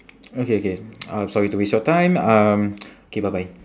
okay K uh sorry to waste your time um K bye bye